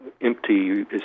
empty